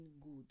good